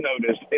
noticed